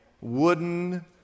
wooden